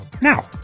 now